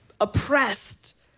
oppressed